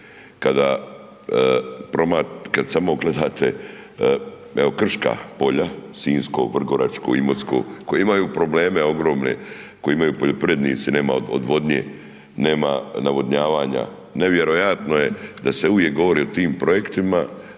kad samo gledate, evo krška polja, sinjsko, vrgoračko, imotsko, koji imaju probleme ogromne, koji imaju poljoprivrednici nema odvodnje, nema navodnjavanja, nevjerojatno je da se uvijek govori o tim projektima